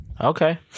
Okay